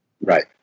right